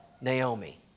Naomi